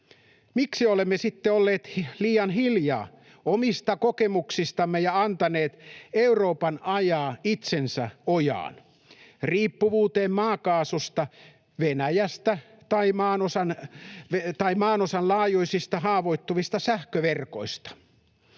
Miksi olemme sitten olleet liian hiljaa omista kokemuksistamme ja antaneet Euroopan ajaa itsensä ojaan — riippuvuuteen maakaasusta, Venäjästä ja maanosan laajuisista, haavoittuvista sähköverkoista?